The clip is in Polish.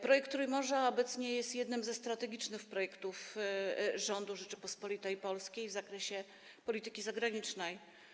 Projekt Trójmorza obecnie jest jednym ze strategicznych projektów rządu Rzeczypospolitej Polskiej w zakresie polityki zagranicznej.